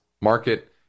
market